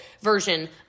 version